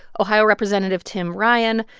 ohio representative tim ryan,